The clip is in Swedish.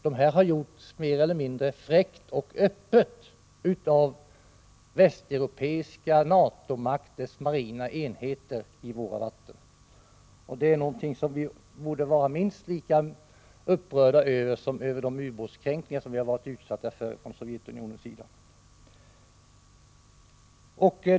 De andra har gjorts mer eller mindre öppet och fräckt av västeuropeiska NATO-makters marina enheter i våra vatten. Det är någonting som vi borde vara minst lika upprörda över som vi är över de ubåtskränkningar som vi har blivit utsatta för från Sovjetunionens sida.